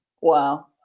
wow